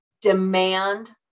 demand